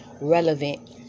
relevant